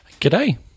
G'day